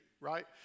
right